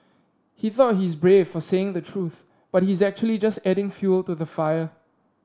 he thought he's brave for saying the truth but he's actually just adding fuel to the fire